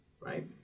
right